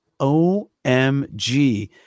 OMG